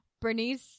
bernice